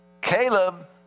Caleb